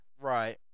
Right